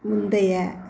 முந்தைய